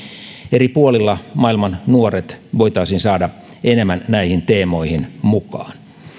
eri puolilla maailman nuoret voitaisiin saada enemmän näihin teemoihin mukaan